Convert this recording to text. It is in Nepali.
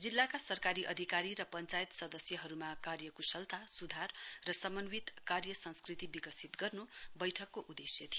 जिल्लाका सरकारी अधिकारी र पञ्चायत सदस्यहरूमा कार्यक्शलता सुधार र समन्वित कार्य संस्कृति विकसित गर्नु बैठकको उद्देश्य थियो